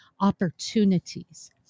opportunities